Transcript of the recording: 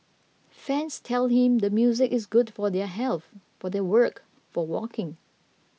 fans tell him the music is good for their health for their work for walking